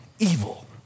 evil